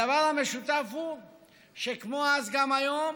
הדבר המשותף הוא שכמו אז גם היום,